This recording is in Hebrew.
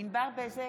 ענבר בזק,